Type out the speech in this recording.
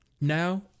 Now